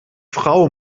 frau